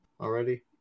Already